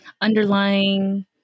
underlying